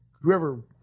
whoever